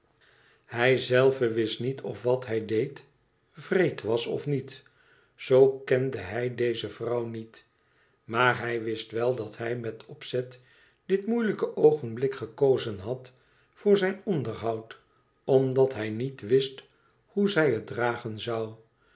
hijzelve wist niet of wat hij deed wreed was of niet zoo kende hij deze vrouw niet maar hij wist wel dat hij met opzet dit moeilijke oogenblik gekozen had voor zijn onderhoud omdat hij niet wist hoe zij het dragen zoû